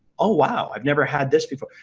oh wow, i've never had this before.